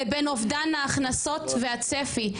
לבין אובדן ההכנסות והצפי.